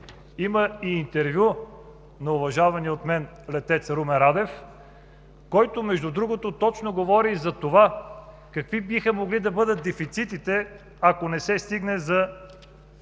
има и интервю на уважавания от мен летец Румен Радев, който, между другото, говори точно за това какви биха могли да бъдат дефицитите, ако не се стигне до